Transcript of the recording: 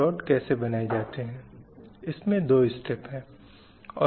कुछ हद तक एक समानता या समानता की भावना उस स्थिति में व्याप्त थी